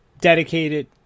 dedicated